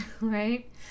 right